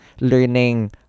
learning